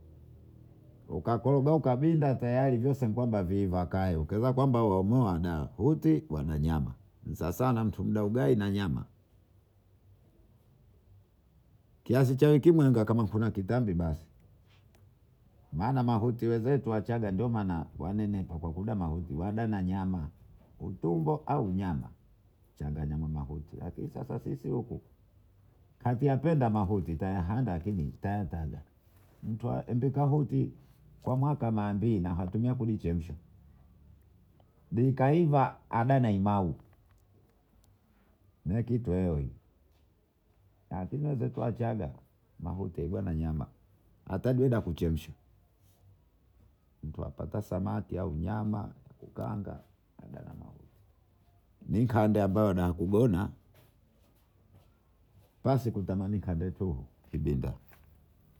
Ukakorogauvinda teyari vyose kwamba vaivakae ukawezakwamba waomoa uti wananyama sawasawa mtundaudai na nyama kihasi cha ukimwenga kama kunakitambi basi maana mahuti wenzetu wachaga ndiomana wanenepa kuda mahuti wadana nyama utumbo au nyama uchanganyamahuti lakini sasa sisi huku hatiependa màhuti nitayahanda lakini nitalantala mtu mpika huti kwa mwaka Mara mbili nitatumia kuchemsha likaiva ada na limau nakitoheo hicho lakini wenzetu wachaga mahuti waena nyama hatadueda ya kuchemswa mtu apata samaki au nyama yakukaanga enda na mahuti mikandeendanakugona basi kutamanikandetu kidinda.